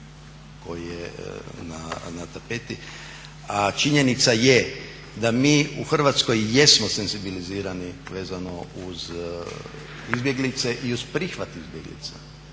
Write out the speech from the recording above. koji je na tapeti. A činjenica je da mi u Hrvatskoj jesmo senzibilizirani vezano uz izbjeglice i uz prihvat izbjeglica,